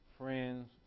friends